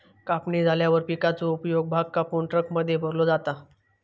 कापणी झाल्यावर पिकाचो उपयोगी भाग कापून ट्रकमध्ये भरलो जाता